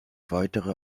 weitere